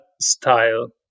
style